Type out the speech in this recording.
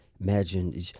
imagine